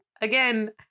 Again